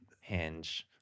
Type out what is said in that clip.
hinge